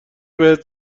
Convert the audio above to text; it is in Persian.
بهت